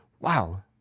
Wow